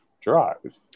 drive